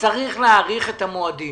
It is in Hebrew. שצריך להאריך את המועדים